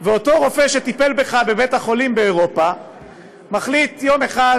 ואותו רופא שטיפל בך בבית-החולים באירופה מחליט יום אחד